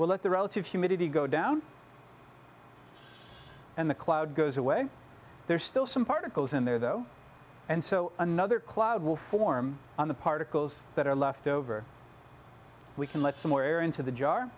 will let the relative humidity go down and the cloud goes away there are still some particles in there though and so another cloud will form on the particles that are left over we can let somewhere into the jar